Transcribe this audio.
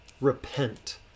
Repent